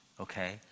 okay